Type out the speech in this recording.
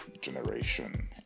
generation